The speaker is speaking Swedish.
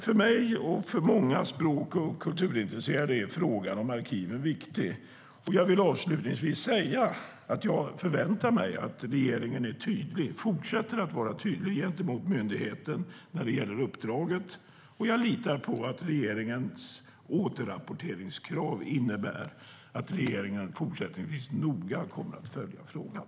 För mig och för många språk och kulturintresserade är frågan om arkiven viktig, och jag vill avslutningsvis säga att jag förväntar mig att regeringen fortsätter att vara tydlig gentemot myndigheten när det gäller uppdraget. Jag litar på att regeringens återrapporteringskrav innebär att regeringen fortsättningsvis noga kommer att följa frågan.